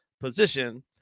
position